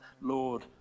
Lord